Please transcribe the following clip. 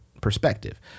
perspective